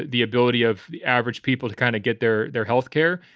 the ability of the average people to kind of get their their health care.